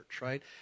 right